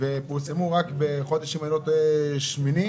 ופורסמו רק בחודש אוגוסט.